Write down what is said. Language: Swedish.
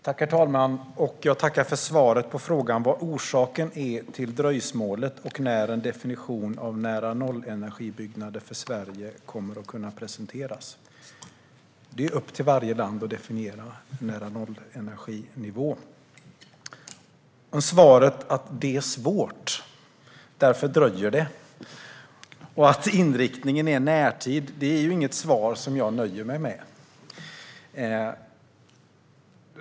Herr talman! Jag tackar för svaret på frågan vad orsaken är till dröjsmålet och när en definition av nära-nollenergibyggnader i Sverige kommer att kunna presenteras. Det är upp till varje land att definiera nära-nollenerginivån. Svaret att det är svårt och att det därför dröjer, samt att inriktningen är "i närtid", är dock inget svar jag nöjer mig med.